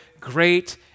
great